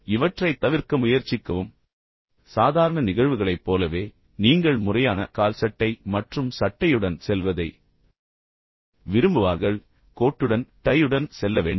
இவற்றை தவிர்க்க முயற்சிக்கவும் எனவே சாதாரண நிகழ்வுகளைப் போலவே நீங்கள் முறையான கால்சட்டை மற்றும் சட்டையுடன் செல்வதை விரும்புவார்கள் கோட்டுடன் டையுடன் செல்ல வேண்டும்